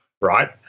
Right